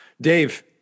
dave